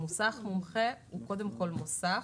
מוסך מומחה הוא קודם כל מוסך.